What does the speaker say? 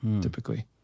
Typically